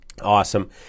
Awesome